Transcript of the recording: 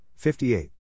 58